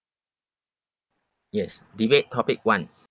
yes debate topic one